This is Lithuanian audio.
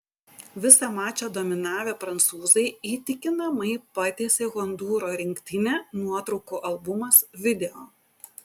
visą mačą dominavę prancūzai įtikinamai patiesė hondūro rinktinę nuotraukų albumas video